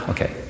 Okay